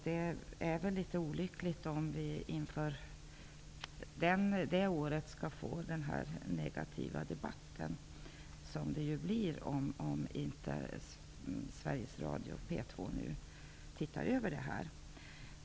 Det vore litet olyckligt om vi inför det året skall få den här negativa debatten, som ju kommer om inte Sveriges Radio P 2 tittar över detta.